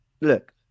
Look